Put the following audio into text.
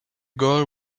girl